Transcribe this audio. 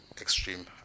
Extreme